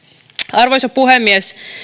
arvoisa puhemies